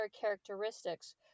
characteristics